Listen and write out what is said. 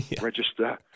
register